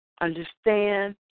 understand